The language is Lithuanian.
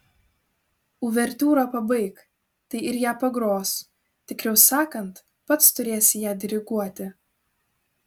uvertiūrą pabaik tai ir ją pagros tikriau sakant pats turėsi ją diriguoti